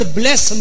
bless